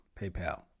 PayPal